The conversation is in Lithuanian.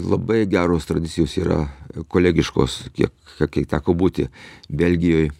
labai geros tradicijos yra kolegiškos kiek kiek teko būti belgijoj